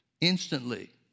Instantly